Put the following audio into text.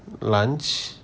lunch